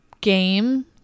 game